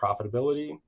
profitability